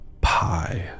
pie